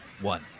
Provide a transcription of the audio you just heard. one